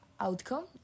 outcome